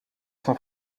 san